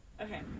Okay